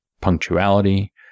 punctuality